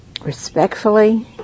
respectfully